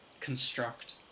construct